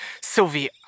Sylvie